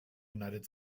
united